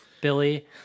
Billy